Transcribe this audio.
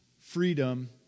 freedom